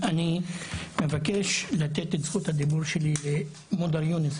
אני מבקש לתת את זכות הדיבור שלי למודר יונס,